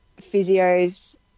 physios